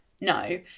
No